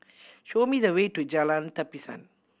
show me the way to Jalan Tapisan